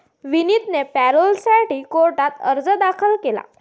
विनीतने पॅरोलसाठी कोर्टात अर्ज दाखल केला